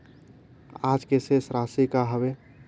आज के शेष राशि का हवे?